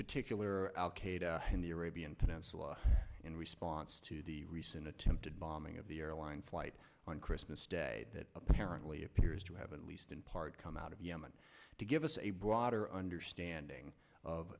peninsula in response to the recent attempted bombing of the airline flight on christmas day that apparently appears to have at least in part come out of yemen to give us a broader understanding of